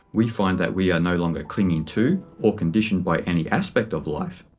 we find that we are no longer clinging to or conditioned by any aspect of life.